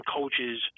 coaches